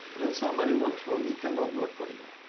when somebody works for me, cannot work for you.